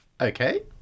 Okay